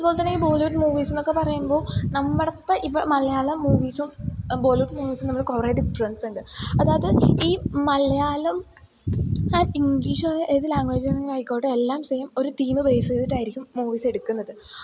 അതുപോലെ തന്നെ ഈ ബോളിവുഡ് മൂവീസെന്നൊക്കെ പറയുമ്പോൾ നമ്മുടെ അടുത്തെ ഇവിടെ മലയാളം മൂവീസും ബോളിവുഡ് മൂവീസും തമ്മിൽ കുറേ ഡിഫറൻസുണ്ട് അതായത് ഈ മലയാളം ആൻഡ് ഇംഗ്ലീഷ് ഏതു ലാംഗ്വേജ് ഇനി ആയിക്കോട്ടെ എല്ലാം സേം ഒരു തീം ബേസ് ചെയ്തിട്ടായിരിക്കും മൂവിസെടുക്കുന്നത്